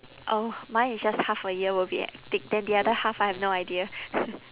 oh mine is just half a year will be hectic then the other half I have no idea